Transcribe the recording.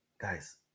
guys